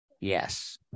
Yes